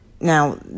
Now